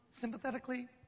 sympathetically